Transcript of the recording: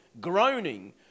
groaning